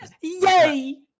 Yay